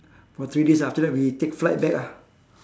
for three days after that we take flight back ah